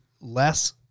less